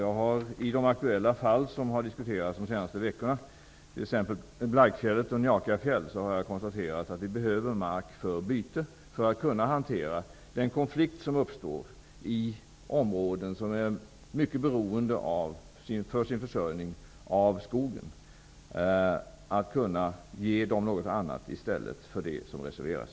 Angående de aktuella fall som har diskuterats under de senaste veckorna -- t.ex. Blaikfjället och Njakafjäll -- har jag konstaterat att det behövs bytesmark för att man skall kunna hantera den konflikt som uppstår i områden, där människor för sin försörjning är mycket beroende av skogen. Man måste kunna ge dem någon annan mark i stället för den som reserveras.